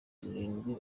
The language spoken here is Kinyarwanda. zirindwi